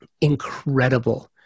incredible